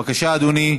בבקשה, אדוני,